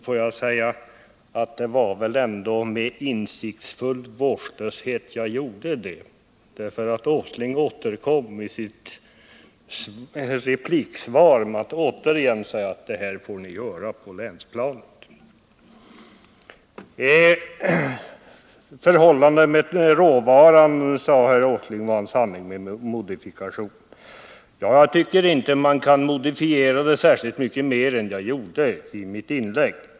Får jag då säga, herr Åsling, att det väl ändå var av insiktsfull vårdslöshet som jag gjorde det, eftersom herr Åsling i sin replik återkom till detta och återigen sade: Det här får ni göra på länsplanet. Vad som sagts i fråga om råvaran ansåg herr Åsling vara en sanning med modifikation. Jag tycker inte att man kan modifiera det särskilt mycket mer än jag gjorde i mitt inlägg.